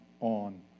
on